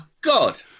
God